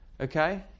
Okay